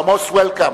You are most welcome.